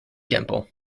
temple